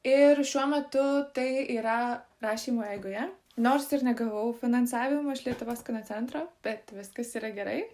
ir šiuo metu tai yra rašymo eigoje nors ir negavau finansavimo iš lietuvos kino centro bet viskas yra gerai